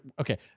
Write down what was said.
okay